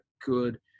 good